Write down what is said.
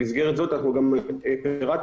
אנחנו גם פועלים